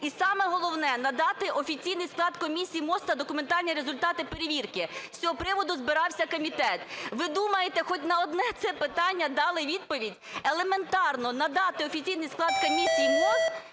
і, саме головне, надати офіційний склад комісії МОЗ та документальні результати перевірки. З цього приводу збирався комітет. Ви думаєте, хоч на одне це питання дали відповідь? Елементарно надати офіційний склад комісії МОЗ